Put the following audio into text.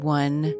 one